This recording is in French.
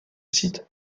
site